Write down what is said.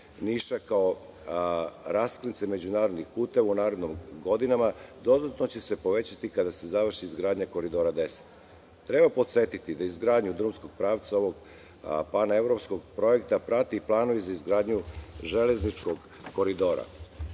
kao raskrsnice međunarodnih puteva u narednim godinama dodatno će se povećati kada se završi izgradnja Koridora 10. Treba podsetiti da izgradnju drumskog pravca prati i plan za izgradnju železničkog koridora.